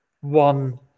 one